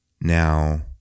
Now